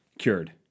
cured